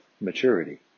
maturity